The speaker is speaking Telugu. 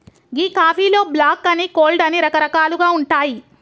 గీ కాఫీలో బ్లాక్ అని, కోల్డ్ అని రకరకాలుగా ఉంటాయి